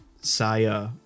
Saya